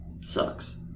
sucks